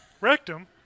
Rectum